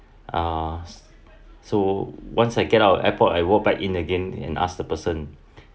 uh so once I get out the airport I walked back in again and ask the person